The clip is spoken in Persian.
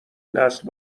نسل